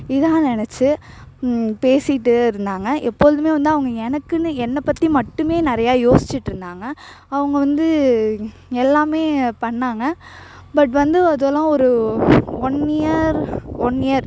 இதாக நெனைச்சி பேசிட்டு இருந்தாங்க எப்பொழுதும் வந்து அவங்க வந்து எனக்குன்னு என்னை பற்றி மட்டுமே நிறையா யோசிச்சிட்டுருந்தாங்க அவங்க வந்து எல்லாம் பண்ணாங்க பட் வந்து அதல்லாம் ஒரு ஒன் இயர் ஒன் இயர்